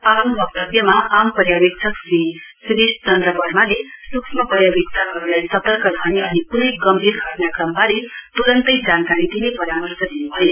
आफ्नो वक्तव्यमा आम पर्यावेक्षक श्री शिरिष चन्द्र वर्माले सूक्ष्म पर्यावेक्षकहरूलाई सतर्क रहने कुनै गम्भीर घटनाक्रमबारे तुरून्तै जानकारी दिने परामर्श दिनु भयो